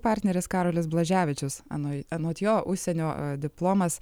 partneris karolis blaževičius anoj anot jo užsienio diplomas